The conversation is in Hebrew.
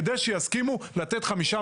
כדי שיסכים לתת חמישה